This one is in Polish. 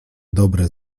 dobre